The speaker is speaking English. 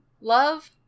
Love